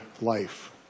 life